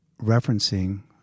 referencing